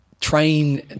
train